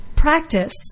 Practice